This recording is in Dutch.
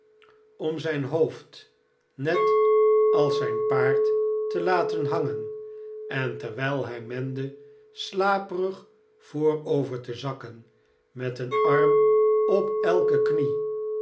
om zijn hoofd net als zijn paard te laten hangen en terwijl hij mende slaperig voorover te zakken met een arm op elke knie